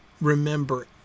remember